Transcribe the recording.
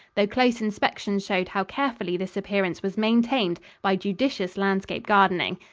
though close inspection showed how carefully this appearance was maintained by judicious landscape gardening.